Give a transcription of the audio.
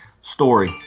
story